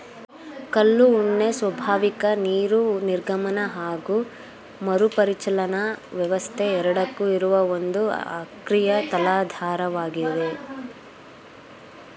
ಕಲ್ಲು ಉಣ್ಣೆ ಸ್ವಾಭಾವಿಕ ನೀರು ನಿರ್ಗಮನ ಹಾಗು ಮರುಪರಿಚಲನಾ ವ್ಯವಸ್ಥೆ ಎರಡಕ್ಕೂ ಇರುವ ಒಂದು ಅಕ್ರಿಯ ತಲಾಧಾರವಾಗಿದೆ